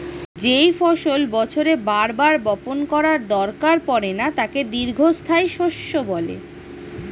যেই ফসল বছরে বার বার বপণ করার দরকার পড়ে না তাকে দীর্ঘস্থায়ী শস্য বলে